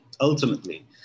ultimately